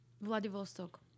Vladivostok